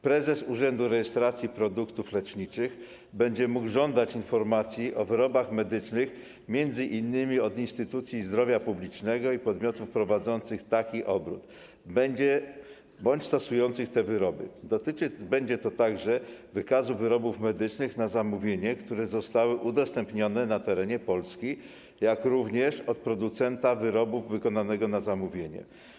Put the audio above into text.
Prezes urzędu rejestracji produktów leczniczych będzie mógł żądać informacji o wyrobach medycznych m.in. od instytucji zdrowia publicznego i podmiotów prowadzących taki obrót bądź stosujących te wyroby - dotyczyć będzie to także wykazu wyrobów medycznych wykonanych na zamówienie, które zostały udostępnione na terenie Polski - jak również od producentów wyrobów wykonanych na zamówienie.